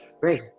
great